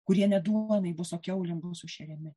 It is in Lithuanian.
kurie ne duonai bus o kiaulėm buvo sušeriami